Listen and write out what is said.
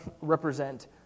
represent